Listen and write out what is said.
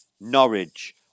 Norwich